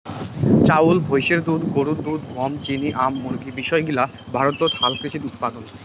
চাউল, ভৈষের দুধ, গরুর দুধ, গম, চিনি, আম, মুরগী বিষয় গিলা ভারতত হালকৃষিত উপাদান